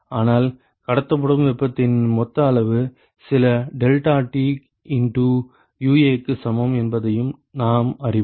ஆனால் கடத்தப்படும் வெப்பத்தின் மொத்த அளவு சில டெல்டாடிக்கு இண்டு UA க்கு சமம் என்பதையும் நாம் அறிவோம்